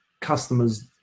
customers